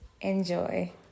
enjoy